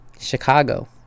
Chicago